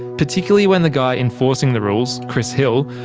particularly when the guy enforcing the rules, chris hill,